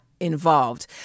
Involved